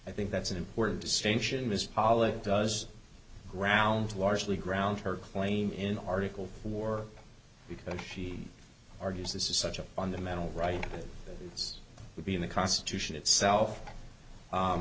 i think that's an important distinction is pollack does ground largely ground her claim in article war because she argues this is such a fundamental right this would be in the constitution itself